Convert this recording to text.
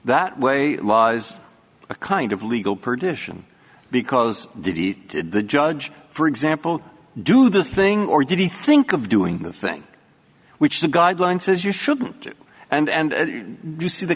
that way lies a kind of legal perdition because the judge for example do the thing or did he think of doing the thing which the guideline says you shouldn't do and you see the